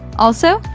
also,